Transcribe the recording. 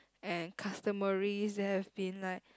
and customaries there have been like